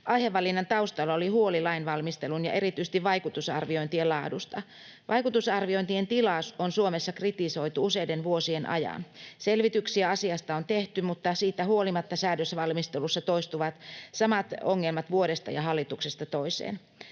Aihevalinnan taustalla oli huoli lainvalmistelun ja erityisesti vaikutusarviointien laadusta. Vaikutusarviointien tilaa on Suomessa kritisoitu useiden vuosien ajan. Selvityksiä asiasta on tehty, mutta siitä huolimatta säädösvalmistelussa toistuvat samat ongelmat vuodesta ja hallituksesta toiseen.